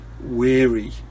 weary